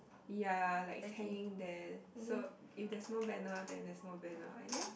ya like it's hanging there so if there's no banner then there's no banner I guess